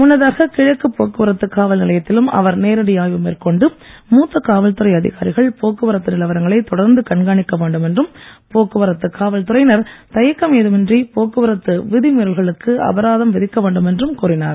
முன்னதாக கிழக்க போக்குவரத்து காவல் நிலையத்திலும் அவர் நேரடி ஆய்வு மேற்கொண்டு மூத்த காவல்துறை அதிகாரிகள் போக்குவரத்து நிலவரங்களை தொடர்ந்து கண்காணிக்க வேண்டும் என்றும் போக்குவரத்து காவல்துறையினர் தயக்கம் ஏதுமின்றி போக்குவரத்து விதிமீறல்களுக்கு அபராதம் விதிக்க வேண்டும் என்றும் கூறினார்